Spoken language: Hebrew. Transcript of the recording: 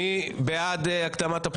מי בעד הקדמת הפטור?